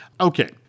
Okay